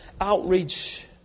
outreach